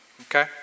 okay